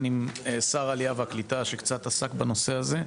עם שר העלייה והקליטה שקצת עסק בנושא הזה,